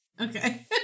Okay